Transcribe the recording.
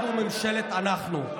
אנחנו ממשלת "אנחנו".